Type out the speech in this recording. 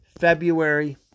February